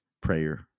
prayer